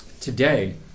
Today